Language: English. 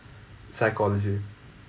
psychology